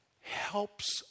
helps